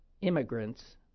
immigrants